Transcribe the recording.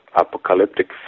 apocalyptic